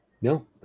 No